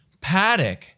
Paddock